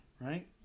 Right